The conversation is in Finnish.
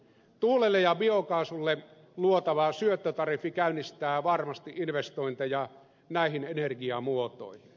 tuulelle ja biokaasulle luotava syöttötariffi käynnistää varmasti investointeja näihin energiamuotoihin